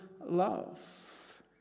love